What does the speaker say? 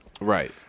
right